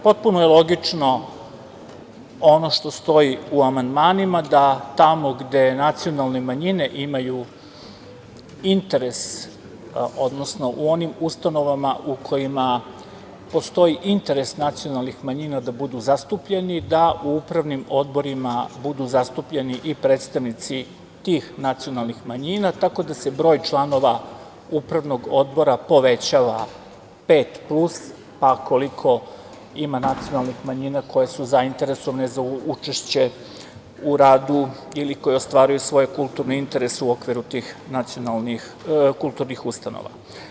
Potpuno je logično ono što stoji u amandmanima, da tamo gde nacionalne manjine imaju interes, odnosno u onim ustanovama u kojima postoji interes nacionalnih manjina da budu zastupljeni, da u upravnim odborima budu zastupljeni i predstavnici tih nacionalnih manjina, tako da se broj članova upravnog odbora povećava pet plus, pa koliko ima nacionalnih manjina koje su zainteresovane za učešće u radu ili koje ostvaruju svoje kulturne interese u okviru tih kulturnih ustanova.